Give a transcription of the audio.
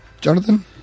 Jonathan